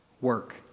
work